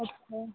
अच्छा